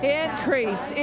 increase